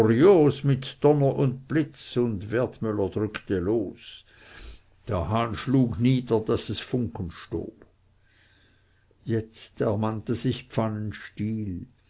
mit donner und blitz und wertmüller drückte los der hahn schlug nieder daß es funken stob jetzt ermannte sich pfannenstiel